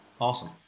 Awesome